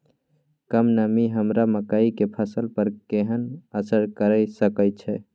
कम नमी हमर मकई के फसल पर केहन असर करिये सकै छै?